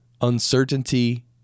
uncertainty